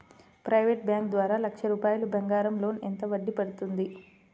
Private bank ద్వారా లక్ష రూపాయలు బంగారం లోన్ ఎంత వడ్డీ పడుతుంది?